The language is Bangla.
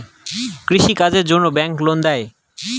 কৃষি কাজের জন্যে ব্যাংক লোন দেয়?